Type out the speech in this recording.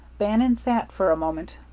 bannon sat for a moment,